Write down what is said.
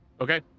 Okay